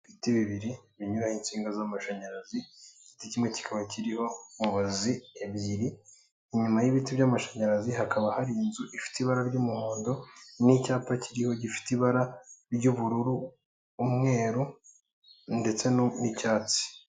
Ibiti bibiri binyuraho insinga z'amashanyarazi, igiti kimwe cyikaba kiriho mubazi ebyiri inyuma y'ibiti by'amashanyarazi hakaba hari inzu ifite ibara ry'umuhondo n'icyapa kiriho gifite ibara ry'ubururu, umweru ndetse n'icyatsi.